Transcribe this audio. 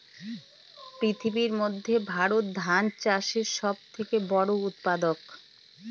পৃথিবীর মধ্যে ভারত ধান চাষের সব থেকে বড়ো উৎপাদক